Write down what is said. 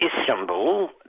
Istanbul